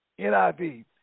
NIV